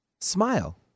Smile